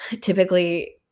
typically